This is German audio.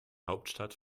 hauptstadt